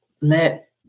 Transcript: Let